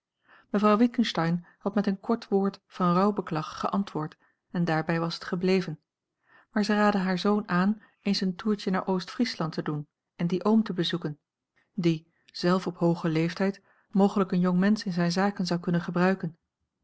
mevrouw witgensteyn had met een kort woord van rouwbeklag geantwoord en daarbij was het gebleven maar zij raadde haar zoon aan eens een toertje naar oost-friesland te doen en dien oom te bezoeken die zelf op hoogen leeftijd mogelijk een jongmensch in zijne zaken zou kunnen gebruiken